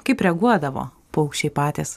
kaip reaguodavo paukščiai patys